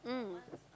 mm